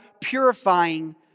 purifying